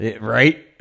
Right